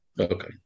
Okay